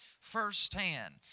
firsthand